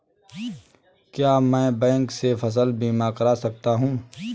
क्या मैं बैंक से फसल बीमा करा सकता हूँ?